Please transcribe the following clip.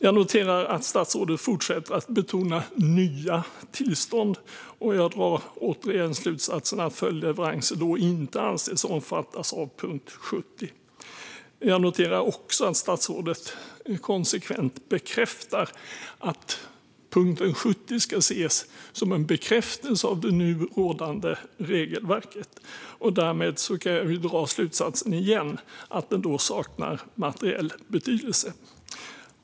Jag noterar att statsrådet fortsätter att betona att det handlar om nya tillstånd. Jag drar därför återigen slutsatsen att följdleveranser inte anses omfattas av punkt 70. Jag noterar också att statsrådet konsekvent bekräftar att punkt 70 ska ses som en bekräftelse av det nu rådande regelverket, och därmed kan jag återigen dra slutsatsen att den saknar materiell betydelse.